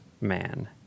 man